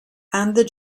and